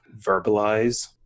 verbalize